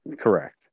Correct